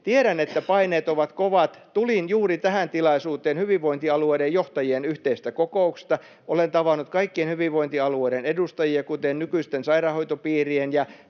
Tiedän, että paineet ovat kovat. Tulin juuri tähän tilaisuuteen hyvinvointialueiden johtajien yhteisestä kokouksesta. Olen tavannut kaikkien hyvinvointialueiden edustajia kuten nykyisten sairaanhoitopiirien ja